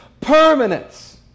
permanence